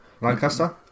Lancaster